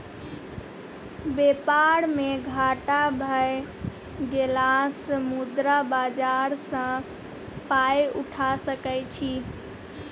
बेपार मे घाटा भए गेलासँ मुद्रा बाजार सँ पाय उठा सकय छी